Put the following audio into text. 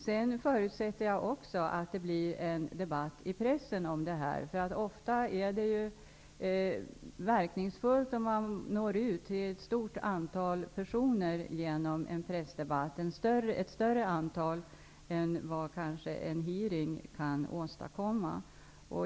Jag förutsätter också att det blir en debatt i pressen om detta, därför att det ofta är mer verkningsfullt genom att man når ut till ett större antal personer genom en pressdebatt än vad man kanske gör genom en utfrågning.